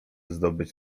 zdobyć